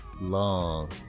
long